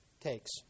takes